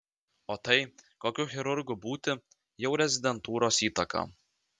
o tai kokiu chirurgu būti jau rezidentūros įtaka